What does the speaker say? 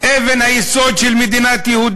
אבן היסוד של מדינת יהודה.